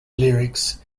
lyrics